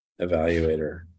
evaluator